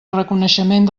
reconeixement